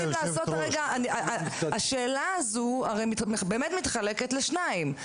הרי השאלה הזאת באמת מתחלקת לשניים,